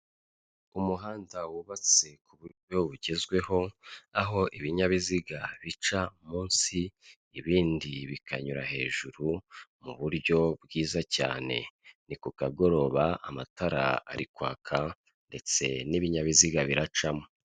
Umuhanda wubatse ku buryo bugezweho aho ibinyabiziga bica munsi ibindi bikanyura hejuru mu buryo bwiza cyane, ni ku kagoroba amatara ari kwaka ndetse n'ibinyabiziga biracamo.